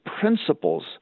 principles